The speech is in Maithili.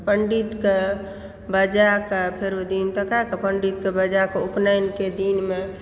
पण्डितके बजाए कऽ फेर दिन तकाय कऽ पंडित के बजाकऽ उपनयनके दिनमे